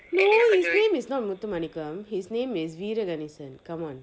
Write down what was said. no his name is not muthu maanikkam his name is veeralanisan come on